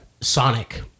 Sonic